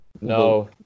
No